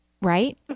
right